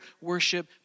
worship